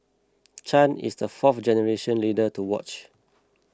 Chan is the fourth generation leader to watch